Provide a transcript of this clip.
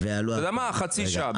אתה יודע מה חצי שעה,